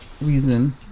reason